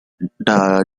the